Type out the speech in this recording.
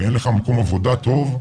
ואין לך מקום עבודה טוב,